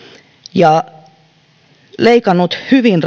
ja leikannut hyvin